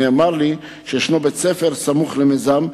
ונאמר לי שבית-ספר סמוך למיזם,